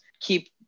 keep